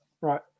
right